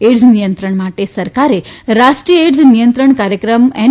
AIDS નિયંત્રણ માટે સરકારે રાષ્ટ્રીય એઇડ્ઝ નિયંત્રણ કાર્યક્રમ એન